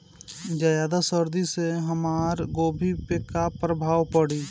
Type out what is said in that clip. ज्यादा सर्दी से हमार गोभी पे का प्रभाव पड़ी?